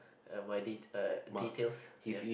uh my de~ uh details ya